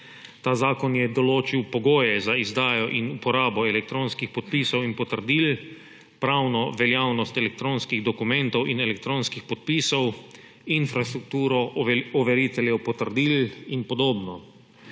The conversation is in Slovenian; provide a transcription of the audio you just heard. Ta zakon je določil pogoje za izdajo in uporabo elektronskih podpisov in potrdil, pravno veljavnost elektronskih dokumentov in elektronskih podpisov, infrastrukturo overiteljev potrdil in podobno.